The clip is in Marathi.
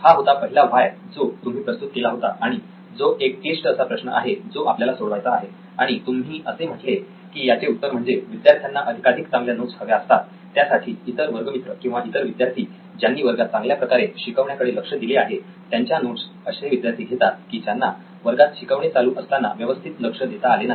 तर हा होता पहिला व्हाय जो तुम्ही प्रस्तुत केला होता आणि जो एक क्लिष्ट असा प्रश्न आहे जो आपल्याला सोडवायचा आहे आणि तुम्ही असे म्हटले की याचे उत्तर म्हणजे विद्यार्थ्यांना अधिकाधिक चांगल्या नोट्स हव्या असतात त्यासाठी इतर वर्गमित्र किंवा इतर विद्यार्थी ज्यांनी वर्गात चांगल्या प्रकारे शिकवण्याकडे लक्ष दिले आहे त्यांच्या नोट्स असे विद्यार्थी घेतात की ज्यांना वर्गात शिकवणे चालू असताना व्यवस्थित लक्ष देता आले नाही